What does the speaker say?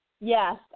yes